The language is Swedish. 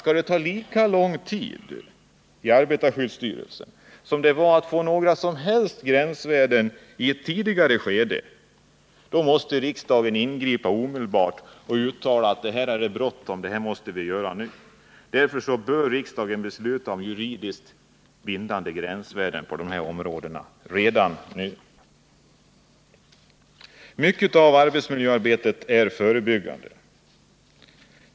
Men erfarenheten visar att om detta arbete inom arbetarskyddsstyrelsen skall ta lika lång tid som det i ett tidigare skede tog att få några som helst gränsvärden, måste riksdagen omedelbart ingripa och uttala att detta arbete är brådskande och måste utföras nu. Därför bör riksdagen redan nu besluta om juridiskt bindande gränsvärden på dessa områden. Mycket av arbetsmiljöarbetet är förebyggande.